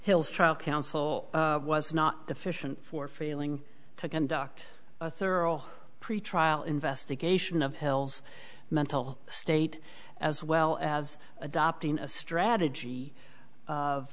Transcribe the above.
hill's trial counsel was not deficient for failing to conduct a thorough pretrial investigation of hill's mental state as well as adopting a strategy of